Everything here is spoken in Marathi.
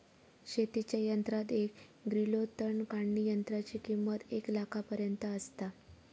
शेतीच्या यंत्रात एक ग्रिलो तण काढणीयंत्राची किंमत एक लाखापर्यंत आसता